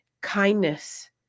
Kindness